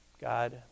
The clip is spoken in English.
God